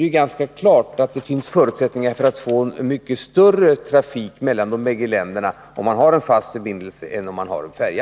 Det är ganska klart att det finns förutsättningar för att få mycket större trafik mellan de båda länderna, om man har en fast förbindelse än om man har en färja.